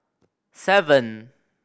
seven